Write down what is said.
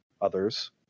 Others